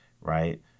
right